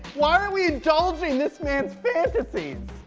why are we indulging this man's fantasies!